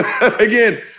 Again